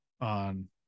on